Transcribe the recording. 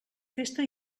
festa